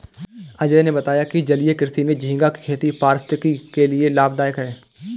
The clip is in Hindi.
अजय ने बताया कि जलीय कृषि में झींगा की खेती पारिस्थितिकी के लिए लाभदायक है